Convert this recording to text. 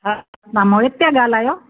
हा तव्हां मोहित पिया ॻाल्हायो